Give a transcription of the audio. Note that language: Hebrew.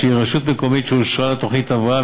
שהיא רשות מקומית שאושרה לה תוכנית הבראה,